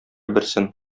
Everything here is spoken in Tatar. берсен